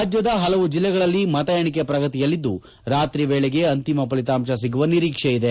ರಾಜ್ಯದ ಪಲವು ಜಿಲ್ಲೆಗಳಲ್ಲಿ ಮತ ಎಣಿಕೆ ಪ್ರಗತಿಯಲ್ಲಿದ್ದು ರಾತ್ರಿ ವೇಳೆಗೆ ಅಂತಿಮ ಫಲಿತಾಂತ ಸಿಗುವ ನಿರೀಕ್ಷೆಯಿದೆ